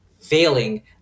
failing